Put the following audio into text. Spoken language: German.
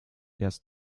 erst